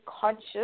conscious